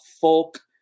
folk